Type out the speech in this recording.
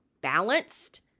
balanced